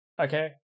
okay